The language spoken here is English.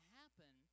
happen